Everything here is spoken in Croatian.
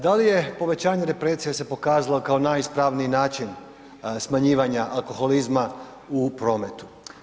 Da li je povećanje represije se pokazalo kao najispravniji način smanjivanja alkoholizma u prometu?